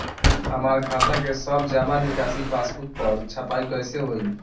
हमार खाता के सब जमा निकासी पासबुक पर छपाई कैसे होई?